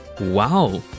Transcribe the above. Wow